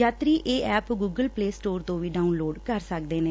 ਯਾਤਰੀ ਇਹ app Google play store ਤੋਂ ਵੀ ਡਾਉਨਲੋਡ ਕਰ ਸਕਦੇ ਨੇ